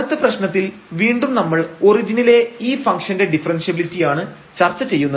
അടുത്ത പ്രശ്നത്തിൽ വീണ്ടും നമ്മൾ ഒറിജിനിലെ ഈ ഫംഗ്ഷൻറെ ഡിഫറെൻഷ്യബിലിറ്റിയാണ് ചർച്ച ചെയ്യുന്നത്